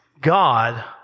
God